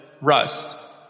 rust